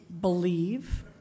believe